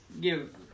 give